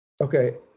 Okay